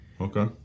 Okay